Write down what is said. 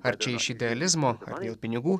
ar čia iš idealizmo dėl pinigų